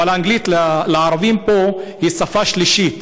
אנגלית לערבים פה היא שפה שלישית,